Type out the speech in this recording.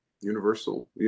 universal